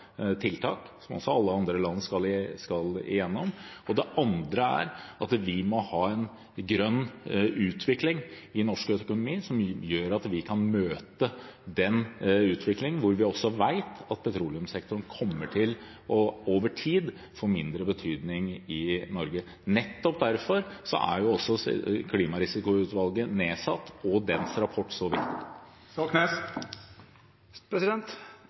tiltak, som også alle andre land skal igjennom. Den andre er at vi må ha en grønn utvikling i norsk økonomi som gjør at vi kan møte en utvikling hvor vi også vet at petroleumssektoren over tid kommer til å få mindre betydning i Norge. Nettopp derfor er også Klimarisikoutvalget nedsatt, og dens rapport